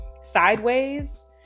sideways